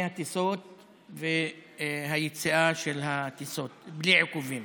הטיסות והיציאה של הטיסות בלי עיכובים